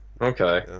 okay